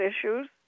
issues